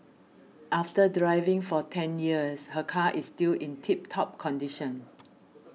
after driving for ten years her car is still in tip top condition